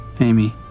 Amy